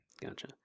Gotcha